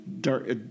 Dark